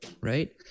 right